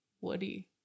Woody